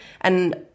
and-